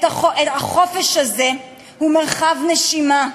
החופש הזה הוא מרחב נשימה,